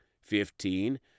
Fifteen